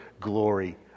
glory